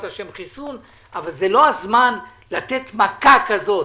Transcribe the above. השם חיסון אבל זה לא הזמן לתת מכה כזאת